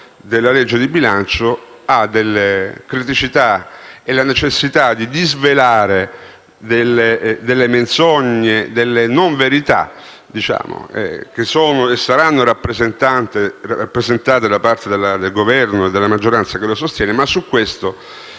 della legge di bilancio hanno delle criticità e c'è necessità di disvelare delle menzogne, delle non verità che sono e saranno rappresentate da parte del Governo e della maggioranza che lo sostiene. Ma su questo